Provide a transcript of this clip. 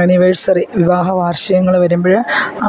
anniversary വിവാഹ വാർഷികങ്ങൾ വരുമ്പോൾ